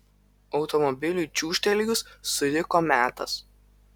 automobiliui čiūžtelėjus suriko metas